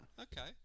Okay